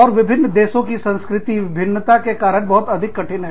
और विभिन्न देशों की सांस्कृतिक भिन्नता के कारण बहुत अधिक कठिन है